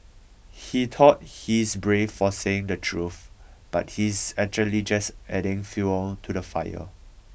he thought he's brave for saying the truth but he's actually just adding fuel to the fire